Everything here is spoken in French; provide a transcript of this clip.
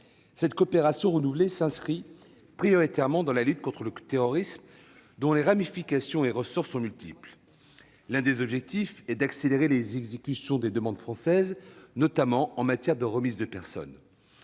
Cette coopération renouvelée s'inscrit prioritairement dans la lutte contre le terrorisme, dont les ramifications et ressorts sont multiples. L'un des objectifs est d'accélérer les exécutions des demandes françaises, notamment en matière de remise de personne.